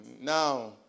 Now